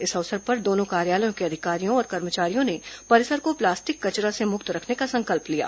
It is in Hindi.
इस अवसर पर दोनों कार्यालयों के अधिकारियों और कर्मचारियों ने परिसर को प्लास्टिक कचरा से मुक्त रखने का संकल्प लिया